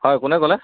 হয় কোনে ক'লে